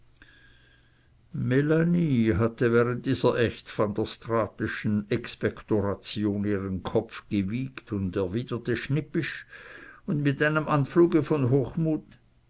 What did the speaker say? hatte während dieser echt van der straatenschen expektoration ihren kopf gewiegt und erwiderte schnippisch und mit einem anfluge von hochmut